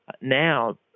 now